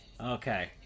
okay